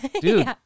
Dude